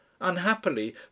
Unhappily